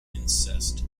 incest